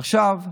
עכשיו,